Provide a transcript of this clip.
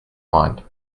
mind